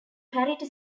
parity